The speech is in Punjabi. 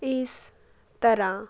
ਇਸ ਤਰ੍ਹਾਂ